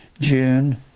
June